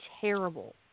terrible